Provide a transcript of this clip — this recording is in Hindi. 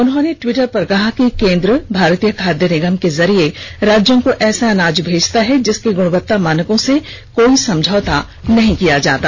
उन्होंने ट्वीटर पर कहा कि केंद्र भारतीय खाद्य निगम के जरिए राज्यों को ऐसा अनाज भेजता है जिसके गुणवत्ता मानकों से कोई समझौता नहीं किया जाता